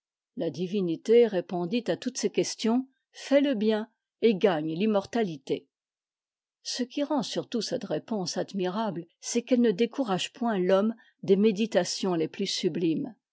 la divinité répondit à toutes ces questions fais le bien et gagne l'immortalité ce qui rend surtout cette réponse admirable c'est qu'elle ne décourage point t'bomme des méditations les plus sublimes